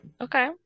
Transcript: okay